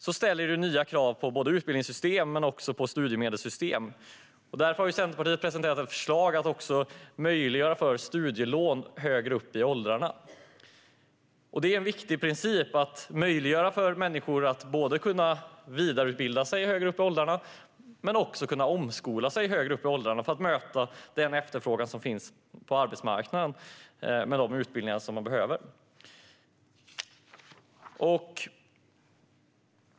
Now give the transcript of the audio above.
Detta ställer nya krav på utbildningssystem men även på studiemedelssystem. Därför har Centerpartiet presenterat ett förslag om att möjliggöra för studielån högre upp i åldrarna. Det är en viktig princip att möjliggöra för människor att både kunna vidareutbilda sig och kunna omskola sig högre upp i åldrarna för att möta den efterfrågan som finns på arbetsmarknaden när det gäller de utbildningar som man behöver.